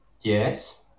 Yes